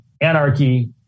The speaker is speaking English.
anarchy